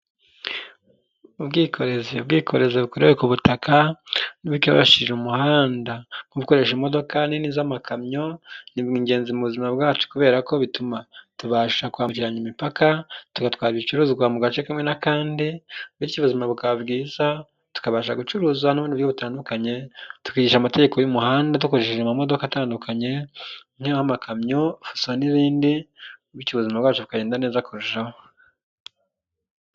Ubwikorezi, ubwikorezi bukorewe ku butaka bibashisha umuhanda nko gukoresha imodoka nini z'amakamyo ni ingenzi mu buzima bwacu kubera ko bituma tubasha kwambukiranya imipaka tugatwara ibicuruzwa mu gace kamwe n'akandi, bityo ubuzima bukaba bwiza tukabasha gucuruza n'ubundi buryo butandukanye tukigisha amategeko y'umuhanda dukoresheje amamodoka atandukanye nk'amakamyo n'ibindi bityo ubuzima bwacu bukagenda neza kurushaho.